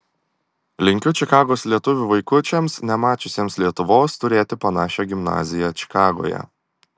linkiu čikagos lietuvių vaikučiams nemačiusiems lietuvos turėti panašią gimnaziją čikagoje